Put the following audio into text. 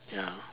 ya